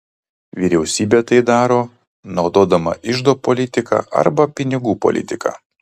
vyriausybė tai daro naudodama iždo politiką arba pinigų politiką